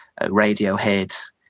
Radiohead